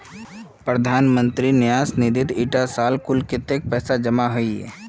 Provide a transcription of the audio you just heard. प्रधानमंत्री न्यास निधित इटा साल कुल कत्तेक पैसा जमा होइए?